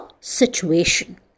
situation